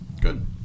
good